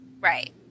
Right